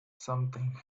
something